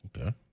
Okay